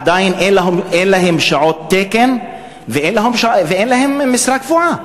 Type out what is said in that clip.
ועדיין אין להן שעות תקן ואין להן משרה קבועה.